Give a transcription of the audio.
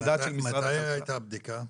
מתי הייתה הבדיקה?